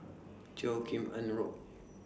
Teo Kim Eng Road